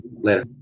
Later